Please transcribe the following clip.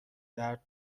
درد